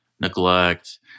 neglect